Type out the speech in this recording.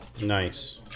Nice